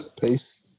Peace